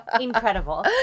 Incredible